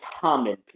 common